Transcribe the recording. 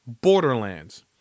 borderlands